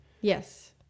Yes